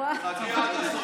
תקני שם, בעלי אקספרס.